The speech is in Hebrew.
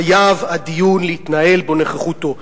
חייב הדיון להתנהל בנוכחותו.